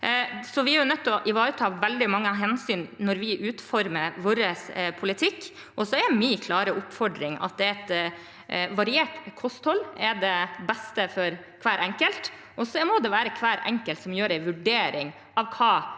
spørretime 2023 ivareta veldig mange hensyn når vi utformer vår politikk. Det er min klare oppfordring at et variert kosthold er det beste for hver enkelt, og så må hver enkelt gjøre en vurdering av hva